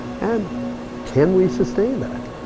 and can we sustain that?